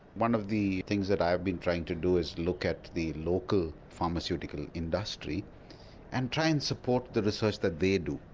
one of the things that i have been trying to do is look at the local pharmaceutical industry and try and support the research that they do.